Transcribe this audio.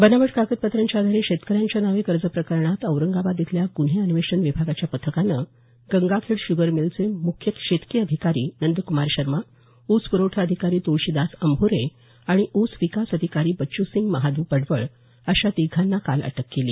बनावट कागदपत्रांच्या आधारे शेतकऱ्यांच्या नावे कर्ज प्रकरणात औरंगाबाद इथल्या गुन्हे अन्वेषण विभागाच्या पथकानं गंगाखेड शुगर मिलचे मुख्य मुख्य शेतकी अधिकारी नंदक्मार शर्मा ऊस प्रवठा अधिकारी तुळशीदास अंभोरे आणि ऊस विकास अधिकारी बच्च्रसिंग महाद पडवळ अशा तिघांना काल सकाळी अटक केली